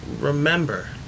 remember